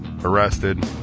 arrested